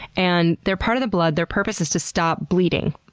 and they're part of the blood. their purpose is to stop bleeding.